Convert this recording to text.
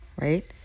right